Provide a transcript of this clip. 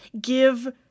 give